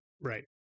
Right